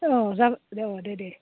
औ जागोन दे औ दे दे